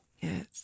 Yes